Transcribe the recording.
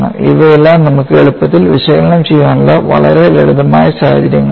ഇവയെല്ലാം നമുക്ക് എളുപ്പത്തിൽ വിശകലനം ചെയ്യാനുള്ള വളരെ ലളിതമായ സാഹചര്യങ്ങളാണ്